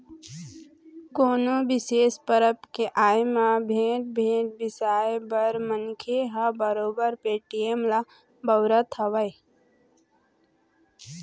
कोनो बिसेस परब के आय म भेंट, भेंट बिसाए बर मनखे ह बरोबर पेटीएम ल बउरत हवय